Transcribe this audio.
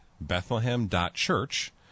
Bethlehem.Church